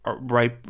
right